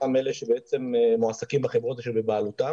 אותם אלה שמועסקים בחברות שבבעלותם,